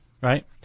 right